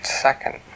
second